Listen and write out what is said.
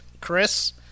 Chris